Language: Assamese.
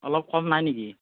অলপ কম নাই নেকি